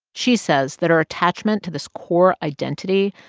she says that our attachment to this core identity,